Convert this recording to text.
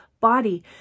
body